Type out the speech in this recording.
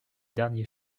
dernier